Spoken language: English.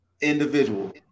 individual